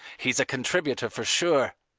he's a contributor for sure.